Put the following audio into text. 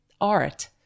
art